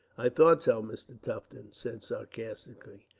i thought so, mr. tufton said, sarcastically.